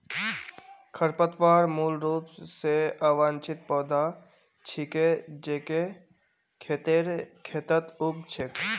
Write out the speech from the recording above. खरपतवार मूल रूप स अवांछित पौधा छिके जेको खेतेर खेतत उग छेक